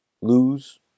lose